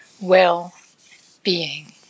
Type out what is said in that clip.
well-being